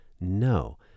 No